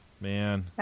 Man